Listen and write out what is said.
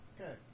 Okay